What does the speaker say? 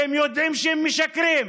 והם יודעים שהם משקרים.